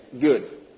Good